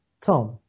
Tom